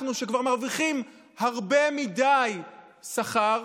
אנחנו, שכבר מרוויחים הרבה מדי שכר,